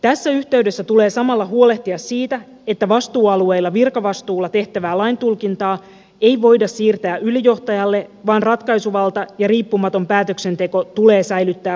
tässä yhteydessä tulee samalla huolehtia siitä että vastuualueilla virkavastuulla tehtävää laintulkintaa ei voida siirtää ylijohtajalle vaan ratkaisuvalta ja riippumaton päätöksenteko tulee säilyttää vastuualueilla